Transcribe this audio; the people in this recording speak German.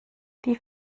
die